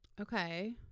Okay